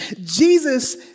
Jesus